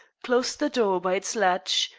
closed the door by its latch,